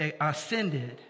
ascended